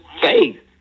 faith